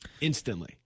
instantly